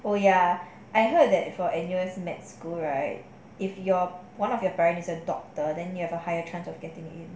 well ya I heard that for N_U_S math school right if you're one of your parent is a doctor then you have a higher chance of getting in